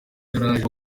igaraje